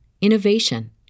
innovation